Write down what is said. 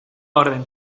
orden